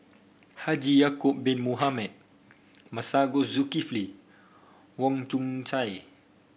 Haji Ya'acob Bin Mohamed Masago Zulkifli Wong Chong Sai